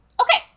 okay